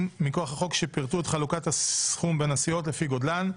מכוח החוק שפרטו את חלוקת הסכום בין הסיעות לפי גודלן,